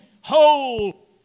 whole